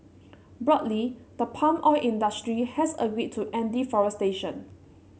broadly the palm oil industry has agreed to end deforestation